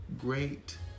great